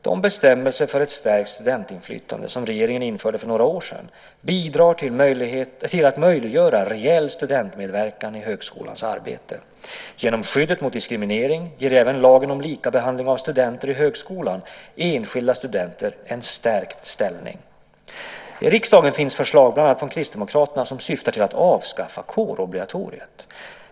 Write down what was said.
De bestämmelser för ett stärkt studentinflytande som regeringen införde för några år sedan bidrar till att möjliggöra reell studentmedverkan i högskolans arbete. Genom skyddet mot diskriminering ger även lagen om likabehandling av studenter i högskolan enskilda studenter en stärkt ställning. I riksdagen finns förslag, bland annat från Kristdemokraterna, som syftar till att avskaffa kårobligatoriet.